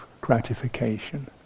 gratification